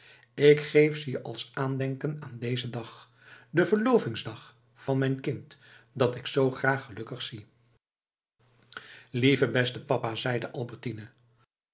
ik geef ze je als aandenken aan dezen dag den verlovingsdag van mijn kind dat ik zoo graag gelukkig zie lieve beste papa zeide albertine